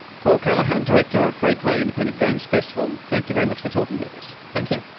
paul callaghan, director of freeplay independent games festival, thank you very much for talking with us. thank you.